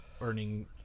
earning